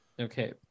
Okay